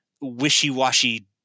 wishy-washy